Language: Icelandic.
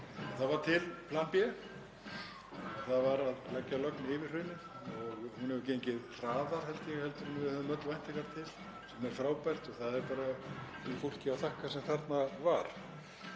Það var til plan B, það var að leggja lögn yfir hraunið og sú vinna hefur gengið hraðar, held ég, en við höfðum öll væntingar til, sem er frábært og það er bara því fólki að þakka sem þarna var.